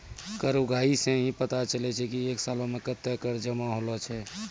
कर उगाही सं ही पता चलै छै की एक सालो मे कत्ते कर जमा होलो छै